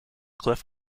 cliff